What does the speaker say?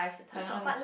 this one